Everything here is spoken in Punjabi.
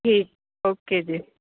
ਠੀਕ ਓਕੇ ਜੀ